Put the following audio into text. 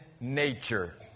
nature